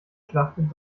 schlachtet